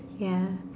ya